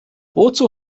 wozu